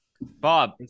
Bob